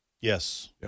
Yes